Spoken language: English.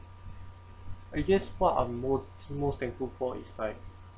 I guess what I'm most most thankful for it's like